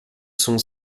sont